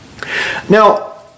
Now